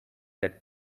that